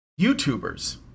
YouTubers